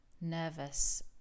nervous